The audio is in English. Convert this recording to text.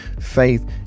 Faith